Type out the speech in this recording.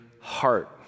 heart